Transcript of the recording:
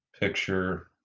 picture